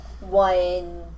one